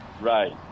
right